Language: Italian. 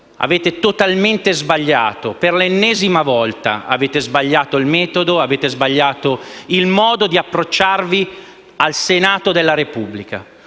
Avete totalmente sbagliato per l'ennesima volta: avete sbagliato il metodo e il modo di approcciarvi al Senato della Repubblica.